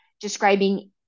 describing